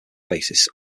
basis